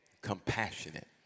compassionate